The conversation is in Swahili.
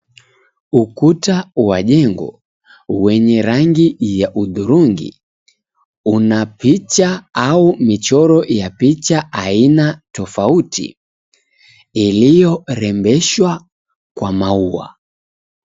Ukuta wa jengo wenye rangi ya hudhurungi una picha au michoro ya picha aina tofauti iliyorembeshwa kwa maua.